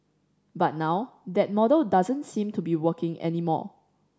but now that model doesn't seem to be working anymore